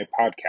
podcast